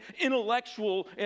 intellectual